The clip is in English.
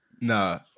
no